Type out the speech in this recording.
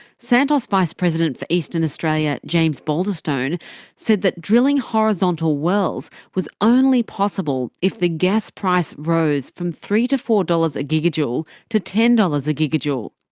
santos vice president for eastern australia james baulderstone said that drilling horizontal wells was only possible if the gas price rose from three dollars to four dollars a gigajoule to ten dollars a gigajoule.